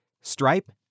Stripe